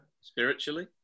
spiritually